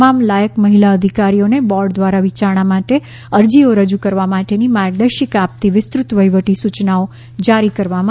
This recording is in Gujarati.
તમામ લાયક મહિલા અધિકારીઓને બોર્ડ દ્વારા વિચારણા માટે અરજીઓ રજૂ કરવા માટેની માર્ગદર્શિકા આપતી વિસ્તૃત વહીવટી સૂચનાઓ જારી કરવામાં આવી છે